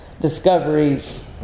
discoveries